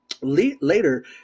Later